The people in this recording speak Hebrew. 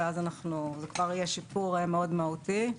וכבר יהיה שיפור מאוד מהותי.